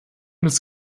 des